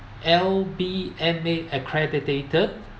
L_B_M_A accreditor